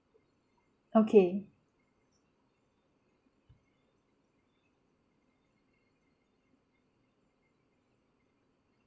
okay